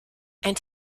and